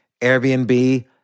airbnb